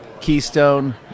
Keystone